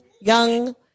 young